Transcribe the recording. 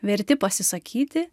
verti pasisakyti